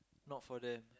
not for them